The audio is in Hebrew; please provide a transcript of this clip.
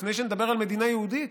לפני שנדבר על מדינה יהודית?